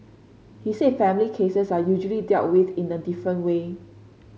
he said family cases are usually dealt with in a different way